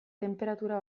tenperatura